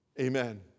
Amen